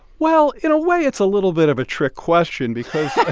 well, in a way, it's a little bit of a trick question because.